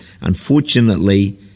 Unfortunately